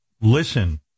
listen